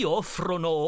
offrono